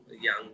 young